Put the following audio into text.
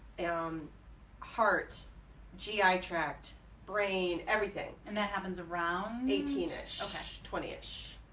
um heart gi tract brain everything and that happens around eighteen ish twenty ish.